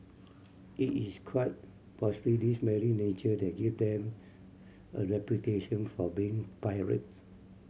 it is quite possibly this very nature that gave them a reputation for being pirates